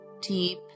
deep